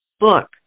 book